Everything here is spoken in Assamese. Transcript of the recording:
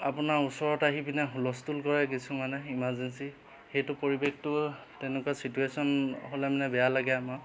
আপোনাৰ ওচৰত আহিপিনে হুলস্থুল কৰে কিছুমানে ইমাৰ্জেঞ্চি সেইটো পৰিৱেশটো তেনেকুৱা চিটুৱেশ্যন হ'লে মানে বেয়া লাগে আমাৰ